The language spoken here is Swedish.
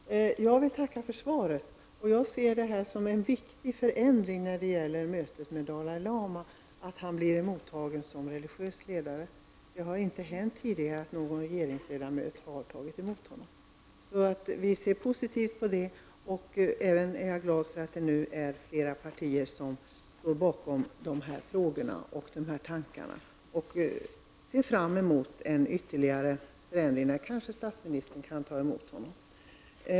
Herr talman! Jag vill tacka för svaret. Jag ser det som en viktig förändring att Dalai Lama blir mottagen som en religiös ledare. Det har inte hänt tidigare att någon regeringsmedlem har tagit emot honom. Vi ser alltså positivt på detta, och jag är även glad för att flera partier nu står bakom dessa frågor och dessa tankar. Jag ser fram emot en ytterligare förändring, att statsministern kanske kan ta emot honom.